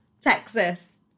Texas